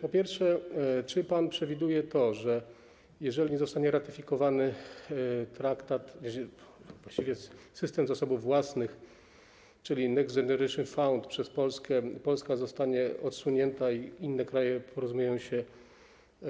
Po pierwsze, czy pan przewiduje to, że jeżeli nie zostanie ratyfikowany traktat, właściwie system zasobów własnych, czyli Next Generation EU Fund, przez Polskę, Polska zostanie odsunięta, a inne kraje porozumieją się